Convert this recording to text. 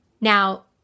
Now